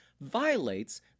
violates